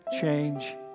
change